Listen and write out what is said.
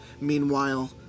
Meanwhile